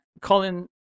colin